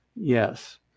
Yes